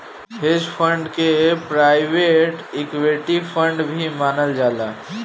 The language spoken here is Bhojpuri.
हेज फंड के प्राइवेट इक्विटी फंड भी मानल जाला